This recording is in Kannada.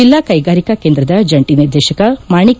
ಜಿಲ್ಲಾ ಕೈಗಾರಿಕಾ ಕೇಂದ್ರದ ಜಂಟಿ ನಿರ್ದೇತಕ ಮಾಣಿಕ್